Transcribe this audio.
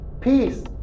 peace